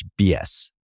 BS